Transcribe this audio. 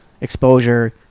exposure